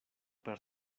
per